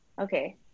Okay